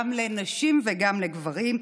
גם לנשים וגם לגברים,